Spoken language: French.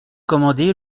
commandé